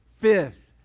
fifth